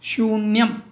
शून्यम्